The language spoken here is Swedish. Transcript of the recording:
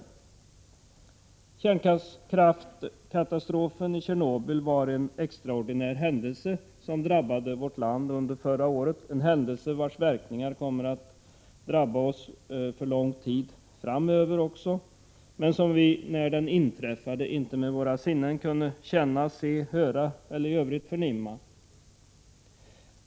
20 maj 1987 Kärnkraftskatastrofen i Tjernobyl var en extraordinär händelse som drabbade vårt land under förra året, en händelse vars verkningar kommer att drabba oss också för lång tid framöver men som vi när den inträffade inte med våra sinnen kunde känna, se, höra eller i övrigt förnimma.